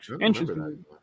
Interesting